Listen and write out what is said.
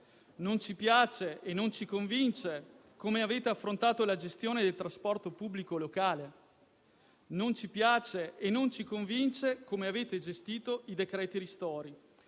Non ci piace e non ci convince come avete affrontato la gestione del trasporto pubblico locale. Non ci piace e non ci convince come avete gestito i decreti ristori.